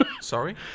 Sorry